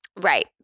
Right